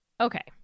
Okay